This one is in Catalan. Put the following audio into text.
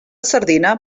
sardina